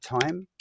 time